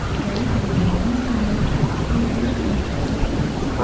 corinthians is mostly known for its association football team.